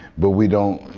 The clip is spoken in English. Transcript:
but we don't,